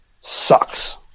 sucks